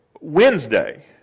Wednesday